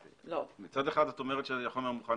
מצד אחד את אומרת שהחומר מוכן,